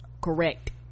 correct